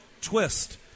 twist